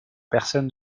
personnes